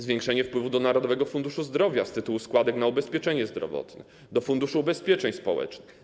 Zwiększenie wpływów do Narodowego Funduszu Zdrowia z tytułu składek na ubezpieczenie zdrowotne, do Funduszu Ubezpieczeń Społecznych.